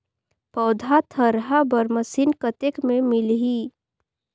पौधा थरहा बर मशीन कतेक मे मिलही?